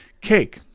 cake